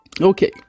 Okay